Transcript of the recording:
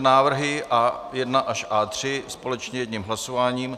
Návrhy A1 až A3 společně jedním hlasováním.